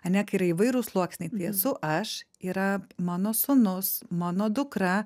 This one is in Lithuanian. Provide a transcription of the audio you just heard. ane kai yra įvairūs sluoksniai tai esu aš yra mano sūnus mano dukra